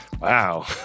Wow